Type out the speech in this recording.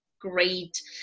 great